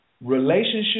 relationship